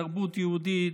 תרבות יהודית,